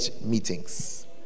meetings